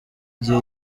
gihe